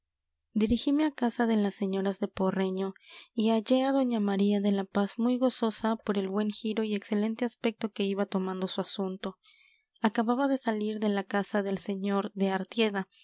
dirigime a casa de las señoras de porreño y hallé a doña maría de la paz muy gozosa por el buen giro y excelente aspecto que iba tomando su asunto acababa de salir de la casa el sr de artieda